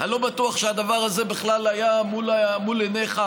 אני לא בטוח שהדבר הזה בכלל היה מול עיניך,